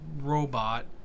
robot